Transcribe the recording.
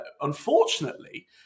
Unfortunately